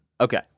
Okay